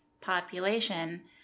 population